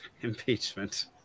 Impeachment